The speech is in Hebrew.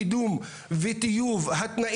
צריך לעשות ישיבה אצל מבקר המדינה או בכל מקום